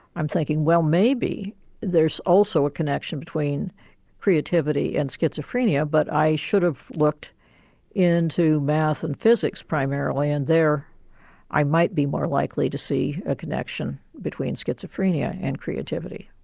i'm think well maybe there's also a connection between creativity and schizophrenia. but i should have looked into math and physics primarily and there i might be more likely to see a connection between schizophrenia and creativity.